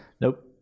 Nope